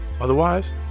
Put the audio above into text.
Otherwise